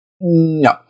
No